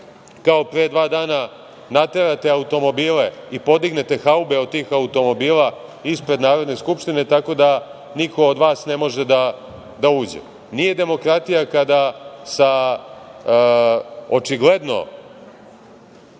kao pre dva dana, naterate automobile i podignete haube od tih automobila ispred Narodne skupštine, tako da niko od vas ne može da uđe. Nije demokratija kada sa očigledno